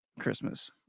christmas